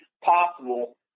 possible